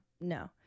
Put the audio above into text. no